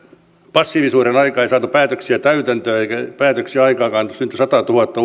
passiivisuuden aikaa ei saatu päätöksiä täytäntöön eikä päätöksiä aikaankaan tuli satatuhatta